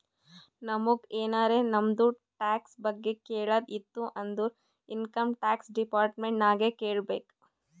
ನಮುಗ್ ಎನಾರೇ ನಮ್ದು ಟ್ಯಾಕ್ಸ್ ಬಗ್ಗೆ ಕೇಳದ್ ಇತ್ತು ಅಂದುರ್ ಇನ್ಕಮ್ ಟ್ಯಾಕ್ಸ್ ಡಿಪಾರ್ಟ್ಮೆಂಟ್ ನಾಗೆ ಕೇಳ್ಬೇಕ್